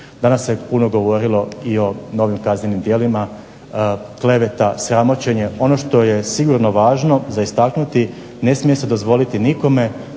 Danas se puno govorilo i o novim kaznenim djelima, kleveta, sramoćenje, ono što je sigurno važno istaknuti ne smije se dozvoliti nikome